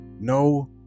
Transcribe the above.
no